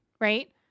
Right